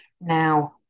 Now